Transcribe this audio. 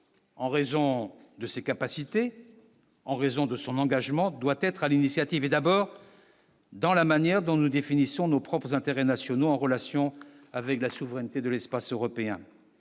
en raison de ses capacités en raison de son engagement doit être à l'initiative d'abord. Dans la manière dont nous définissons nos propres intérêts nationaux en relation avec la souveraineté de l'espace européen